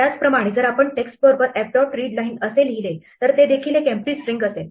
त्याप्रमाणेच जर आपण text बरोबर f dot readline असे लिहिले तर ते देखील एक एम्पटी स्ट्रिंग असेल